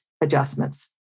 adjustments